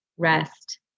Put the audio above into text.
Rest